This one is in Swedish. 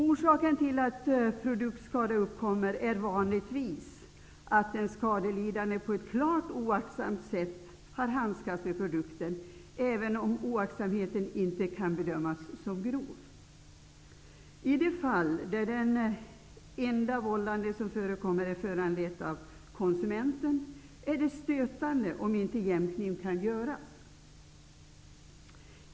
Orsaken till att produktskador uppkommer är vanligtvis att den skadelidande på ett klart oaktsamt sätt har handskats med produkten, även om oaktsamheten inte kan bedömas som grov. I de fall där det enda vållande som förekommer är föranlett av konsumenten är det stötande om inte jämkning kan göras.